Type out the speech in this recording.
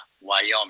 Wyoming